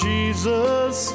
Jesus